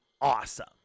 awesome